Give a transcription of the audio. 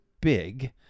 big